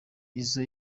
izzo